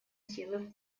силы